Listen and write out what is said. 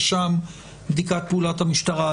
ושם בדיקת פעולת המשטרה.